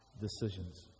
decisions